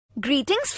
Greetings